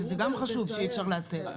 שגם אי-אפשר להסב.